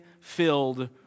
filled